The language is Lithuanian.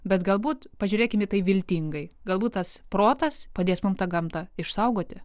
bet galbūt pažiūrėkim į tai viltingai galbūt tas protas padės mum tą gamtą išsaugoti